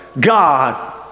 God